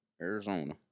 Arizona